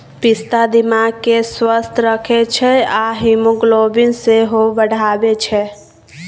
पिस्ता दिमाग केँ स्वस्थ रखै छै आ हीमोग्लोबिन सेहो बढ़ाबै छै